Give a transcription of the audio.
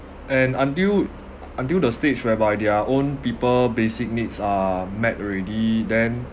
and until until the stage whereby their own people basic needs are met already then